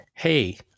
hey